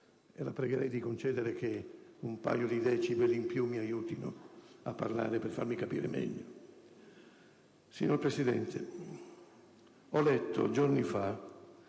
La pregherei di concedere che un paio di decibel in più mi aiutino a farmi capire meglio.